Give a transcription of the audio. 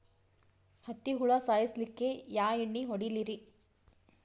ಹತ್ತಿ ಹುಳ ಸಾಯ್ಸಲ್ಲಿಕ್ಕಿ ಯಾ ಎಣ್ಣಿ ಹೊಡಿಲಿರಿ?